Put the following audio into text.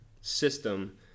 system